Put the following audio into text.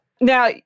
Now